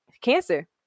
Cancer